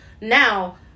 Now